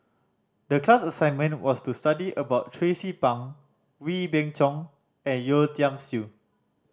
the class assignment was to study about Tracie Pang Wee Beng Chong and Yeo Tiam Siew